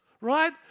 right